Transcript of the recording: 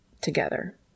together